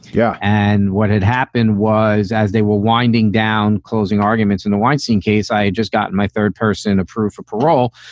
yeah. and what had happened was as they were winding down, closing. arguments in the wainstein case, i just got my third person approved for parole,